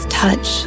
touch